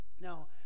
Now